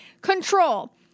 Control